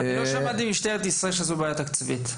לא שמעתי ממשטרת ישראל שזו בעיה תקציבית.